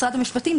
משרד המשפטים,